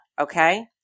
okay